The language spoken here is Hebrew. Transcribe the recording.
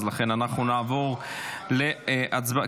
אנחנו נעבור להצבעה.